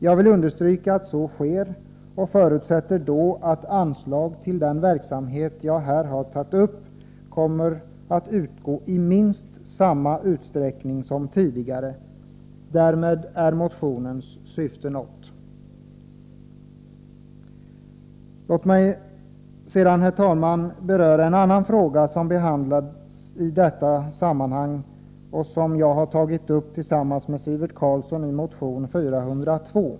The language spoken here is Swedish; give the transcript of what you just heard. Jag vill understryka att det är angeläget att så sker. Jag förutsätter att anslag till den verksamhet som jag här talat om kommer att utgå i åtminstone samma utsträckning som tidigare. I så fall är syftet med motionen uppnått. Herr talman! Sedan till en annan fråga som behandlats i detta sammanhang och som jag och Sivert Carlsson tagit upp i motion 402.